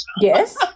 Yes